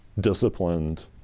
disciplined